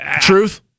Truth